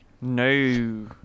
No